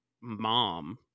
mom